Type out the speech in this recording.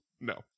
No